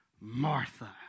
Martha